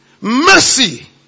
Mercy